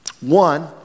One